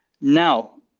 Now